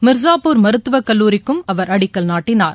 மிர்ஸாப்பூர் மருத்துவக்கல்லூரிக்கும் அவர் அடிக்கல் நாட்டினார்